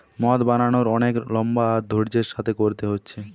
মদ বানানার অনেক লম্বা আর ধৈর্য্যের সাথে কোরতে হচ্ছে